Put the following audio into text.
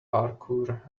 parkour